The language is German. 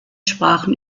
sprachen